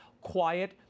quiet